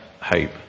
hope